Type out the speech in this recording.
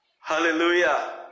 Hallelujah